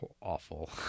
awful